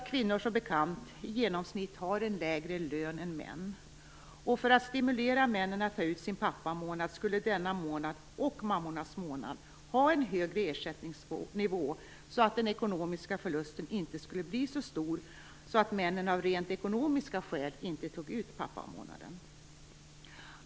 Kvinnor har som bekant i genomsnitt en lägre lön än män. För att stimulera männen att ta ut sin pappamånad skulle denna månad, och mammornas månad, ha en högre ersättningsnivå så att den ekonomiska förlusten inte skulle bli så stor att männen av rent ekonomiska skäl inte tog ut pappamånaden.